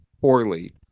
poorly